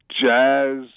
jazz